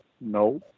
No